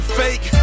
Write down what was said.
fake